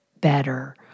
better